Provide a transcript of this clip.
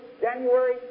January